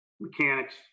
mechanics